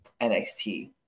NXT